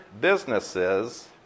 businesses